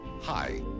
hi